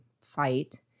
fight